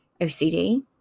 OCD